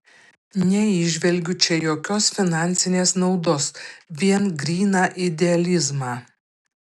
neįžvelgiu čia jokios finansinės naudos vien gryną idealizmą